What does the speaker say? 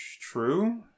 True